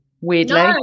Weirdly